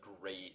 great